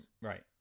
right